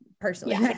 personally